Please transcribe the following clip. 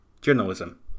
journalism